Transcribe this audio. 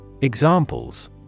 Examples